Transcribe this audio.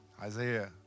Isaiah